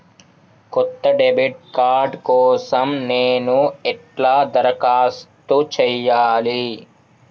కొత్త debit card కోసం నేను ఎట్లా దరఖాస్తు చేయాలి?